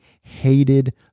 hated